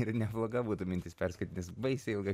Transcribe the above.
ir nebloga mintis perskaityt nes baisiai ilga